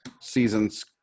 seasons